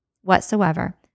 whatsoever